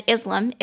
Islam